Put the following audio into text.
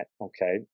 Okay